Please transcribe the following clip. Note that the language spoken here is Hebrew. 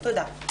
תודה.